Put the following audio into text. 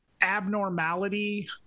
abnormality